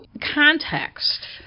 context